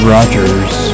Rogers